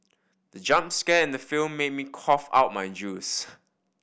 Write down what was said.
the jump scare in the film made me cough out my juice